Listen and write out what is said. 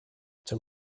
zum